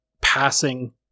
passing